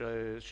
ביום